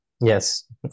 Yes